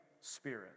Spirit